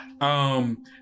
Um-